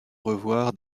revoir